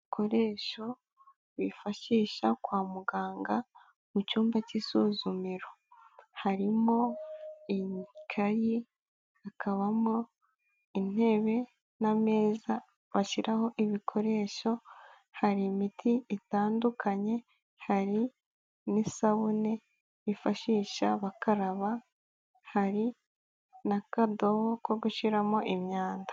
Ibikoresho bifashisha kwa muganga mu cyumba cy'isuzumiro, harimo ikayi, hakabamo intebe n'amezaza bashyiraho ibikoresho, hari imiti itandukanye, hari n'isabune yifashisha bakaraba, hari n'akadobo ko gushyiraramo imyanda.